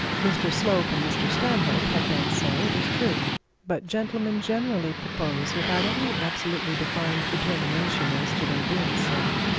mr slope and mr stanhope had done so, it is true but gentlemen generally propose without any absolutely defined determination as to their doing so.